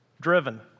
driven